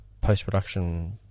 post-production